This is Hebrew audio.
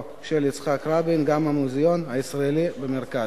של יצחק רבין גם המוזיאון הישראלי במרכז.